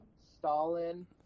Stalin